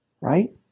right